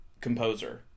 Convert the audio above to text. composer